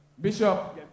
Bishop